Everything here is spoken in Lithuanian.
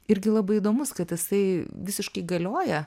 irgi labai įdomus kad jisai visiškai galioja